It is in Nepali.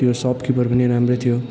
त्यो सप किपर पनि राम्रै थियो